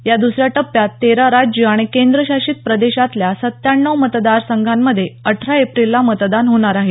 या द्सऱ्या टप्प्यात तेरा राज्यं आणि केंद्रशासित प्रदेशांतल्या सत्त्याण्णव मतदारसंघांमध्ये अठरा एप्रिलला मतदान होणार आहे